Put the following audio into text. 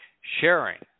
sharing